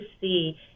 see